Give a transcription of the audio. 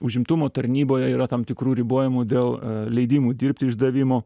užimtumo tarnyboje yra tam tikrų ribojimų dėl leidimų dirbti išdavimo